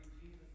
Jesus